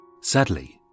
Sadly